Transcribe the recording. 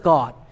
God